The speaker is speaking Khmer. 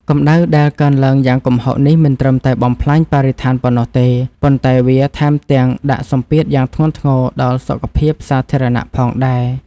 កម្ដៅដែលកើនឡើងយ៉ាងគំហុកនេះមិនត្រឹមតែបំផ្លាញបរិស្ថានប៉ុណ្ណោះទេ ប៉ុន្តែវាថែមទាំងដាក់សម្ពាធយ៉ាងធ្ងន់ធ្ងរដល់សុខភាពសាធារណៈផងដែរ។